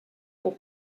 pour